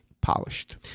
polished